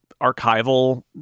archival